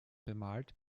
bemalt